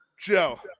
Joe